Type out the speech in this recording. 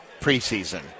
preseason